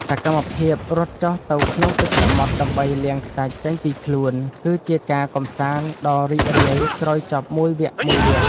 សកម្មភាពរត់ចុះទៅក្នុងទឹកសមុទ្រដើម្បីលាងខ្សាច់ចេញពីខ្លួន គឺជាការកម្សាន្តដ៏រីករាយក្រោយចប់មួយវគ្គៗ។